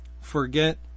Forget